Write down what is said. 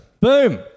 Boom